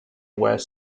were